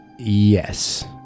Yes